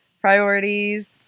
priorities